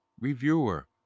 reviewer